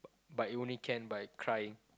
but it only can by crying